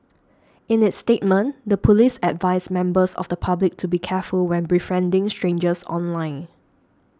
in its statement the police advised members of the public to be careful when befriending strangers online